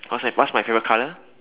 what's my what's my favourite colour